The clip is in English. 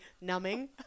numbing